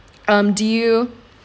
um do you